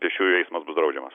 pėsčiųjų eismas bus draudžiamas